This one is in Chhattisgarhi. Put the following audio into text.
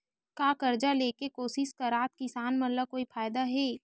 का कर्जा ले के कोशिश करात किसान मन ला कोई फायदा हे?